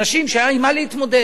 אנשים היה עם מה להתמודד.